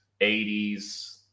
80s